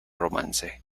romance